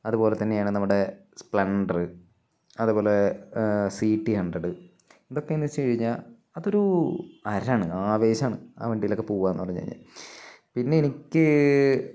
അതുപോലെ തന്നെയാണ് നമ്മുടെ സ്പ്ലെണ്ടര് അതുപോലെ സി ടി ഹഡ്രഡ് ഇതൊക്കെയന്ന് വെച്ചുകഴിഞ്ഞാല് അതൊരു ഹരമാണ് ആവേശമാണ് ആ വണ്ടിയിലൊക്കെ പോവുകയെന്ന് പറഞ്ഞുകഴിഞ്ഞാല് പിന്നെ എനിക്ക്